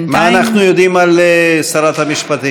מה אנחנו יודעים על שרת המשפטים?